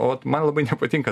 ot man labai nepatinka